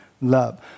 love